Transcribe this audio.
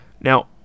Now